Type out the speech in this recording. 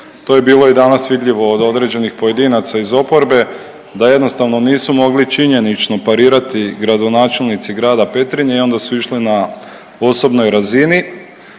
To je bilo i danas vidljivo od određenih pojedinaca iz oporbe da jednostavno nisu mogli činjenično parirati gradonačelnici Grada Petrinje i onda su išli na osobnoj razini.